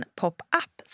pop-up